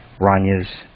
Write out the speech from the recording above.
Rania's